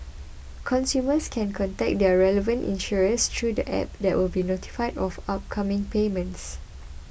consumers can contact their relevant insurers through the app that will be notified of upcoming payments